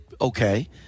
okay